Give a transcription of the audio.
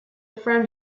friend